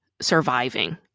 surviving